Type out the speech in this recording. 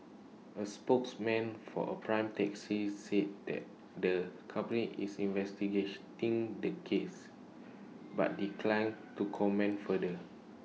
A spokesman for A prime taxi said that the company is the case but declined to comment further